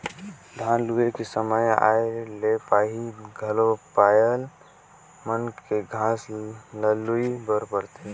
धान लूए के समे आए ले पहिले घलो पायर मन के घांस ल लूए बर परथे